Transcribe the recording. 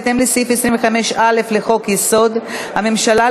בהתאם לסעיף 25(א) לחוק-יסוד: הממשלה,